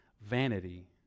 vanity